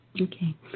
Okay